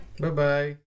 Bye-bye